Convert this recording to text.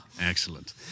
Excellent